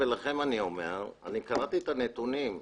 קראתי את הנתונים.